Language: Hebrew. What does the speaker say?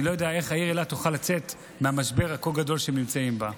אני לא יודע איך העיר אילת תוכל לצאת מהמשבר הכה-גדול שהם נמצאים בו.